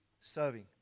serving